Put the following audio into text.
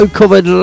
covered